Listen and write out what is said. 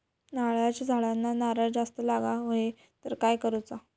नारळाच्या झाडांना नारळ जास्त लागा व्हाये तर काय करूचा?